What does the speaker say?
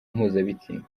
mpuzabitsina